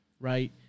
Right